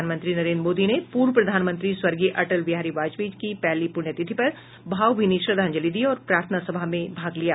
प्रधानमंत्री नरेन्द्र मोदी ने पूर्व प्रधानमंत्री स्वर्गीय अटल बिहारी वाजपेयी की पहली पुण्यतिथि पर भावभीनी श्रद्धांजलि दी और प्रार्थना सभा में भाग लिया